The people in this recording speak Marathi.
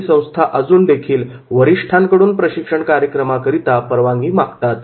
काही संस्था अजून देखील वरिष्ठांकडून प्रशिक्षण कार्यक्रमाकरिता परवानगी मागतात